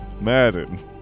Madden